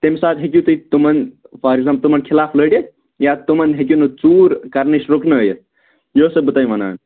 تَمہِ ساتہٕ ہیٚکِو تُہۍ تِمَن فار ایٚکزامپُل تِمَن خِلاف لٔڑِتھ یا تِمَن ہیٚکِو نہٕ ژوٗر کَرٕ نِش رُکٲوِتھ یہِ اوسَسو بہٕ تۅہہِ وَنان